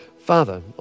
Father